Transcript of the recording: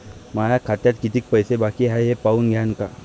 माया खात्यात कितीक पैसे बाकी हाय हे पाहून द्यान का?